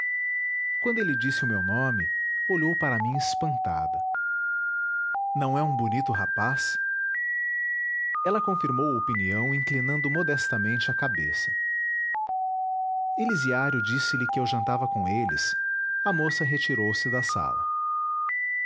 quando ele lhe disse o meu nome olhou para mim espantada não é um bonito rapaz ela confirmou a opinião inclinando modestamente a cabeça elisiário disselhe que eu jantava com eles a moça retirou-se da sala